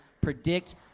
predict